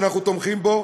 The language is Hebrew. שאנחנו תומכים בו,